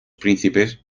príncipes